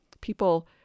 people